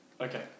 Okay